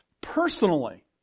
personally